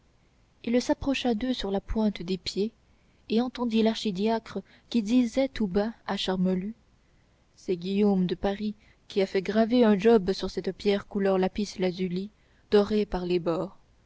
il s'approcha d'eux sur la pointe des pieds et entendit l'archidiacre qui disait tout bas à charmolue c'est guillaume de paris qui a fait graver un job sur cette pierre couleur lapis-lazuli dorée par les bords